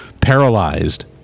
paralyzed